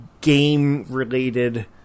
game-related